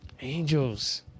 Angels